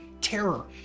terror